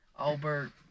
Albert